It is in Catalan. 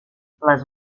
les